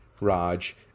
Raj